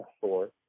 four